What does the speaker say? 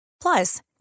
Plus